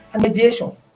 mediation